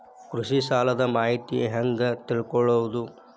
ಕೃಷಿ ಸಾಲದ ಮಾಹಿತಿ ಹೆಂಗ್ ತಿಳ್ಕೊಳ್ಳೋದು?